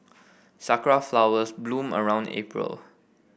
sakura flowers bloom around April